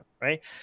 right